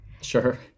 Sure